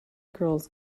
girls